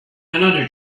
another